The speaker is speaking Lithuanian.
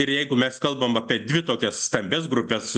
ir jeigu mes kalbam apie dvi tokias stambias grupes